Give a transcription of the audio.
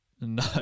no